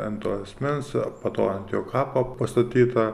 ant to asmens a po to ant jo kapo pastatyta